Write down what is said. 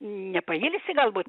nepailsi galbūt